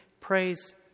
praise